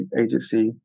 agency